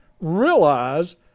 realize